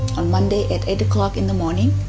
on monday, at eight o'clock in the morning,